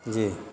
جی